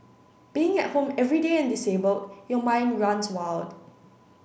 being at home every day and disabled your mind runs wild